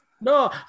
No